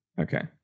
okay